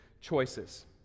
choices